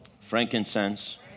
frankincense